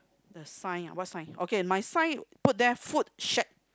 the sign ah what sign okay my sign put there food shack